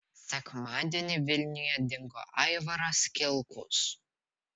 sekmadienį vilniuje dingo aivaras kilkus